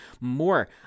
more